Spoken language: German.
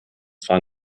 zwar